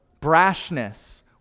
Brashness